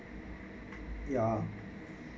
ya